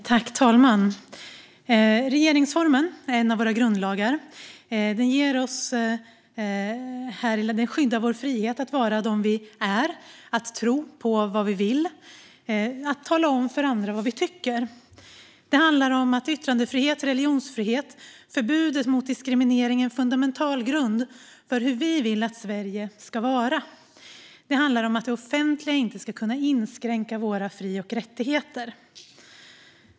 Fru talman! Regeringsformen, en av våra grundlagar, ger oss här i landet skydd av vår frihet att vara de vi är, att tro på vad vi vill och att tala om för andra vad vi tycker. Det handlar om att yttrandefriheten, religionsfriheten och förbudet mot diskriminering är en fundamental grund för hur vi vill att Sverige ska vara. Det handlar om att det offentliga inte ska kunna inskränka våra fri och rättigheter.